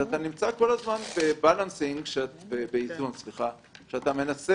אתה נמצא במצב שאתה מנסה